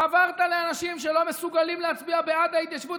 חברת לאנשים שלא מסוגלים להצביע בעד ההתיישבות,